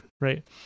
right